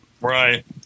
right